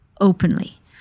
openly